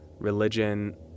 Religion